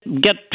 Get